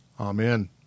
Amen